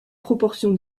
proportion